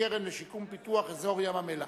קרן לשיקום ופיתוח אזור ים-המלח),